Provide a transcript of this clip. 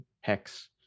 hex